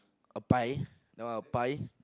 a pie you know a pie